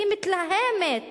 היא מתלהמת,